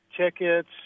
tickets